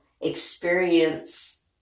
experience